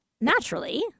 Naturally